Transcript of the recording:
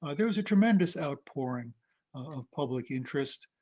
ah there was a tremendous outpouring of public interest,